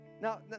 Now